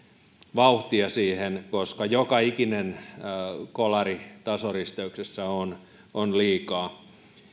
vauhtia siihen koska joka ikinen kolari tasoristeyksessä on on liikaa